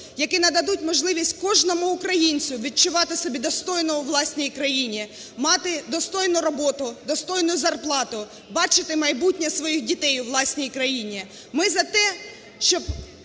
які нададуть можливість кожному українцю відчувати себе достойно у власній країні, мати достойну роботу, достойну зарплату, бачити майбутнє своїх дітей у власній країні.